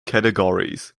categories